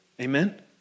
Amen